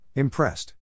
Impressed